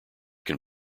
can